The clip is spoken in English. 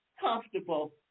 comfortable